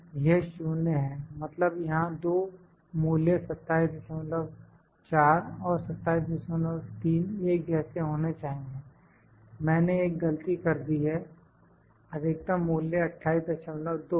यह 0 है मतलब यहां दो मूल्य 274 और 273 एक जैसे होने चाहिए मैंने एक गलती कर दी है अधिकतम मूल्य 282 है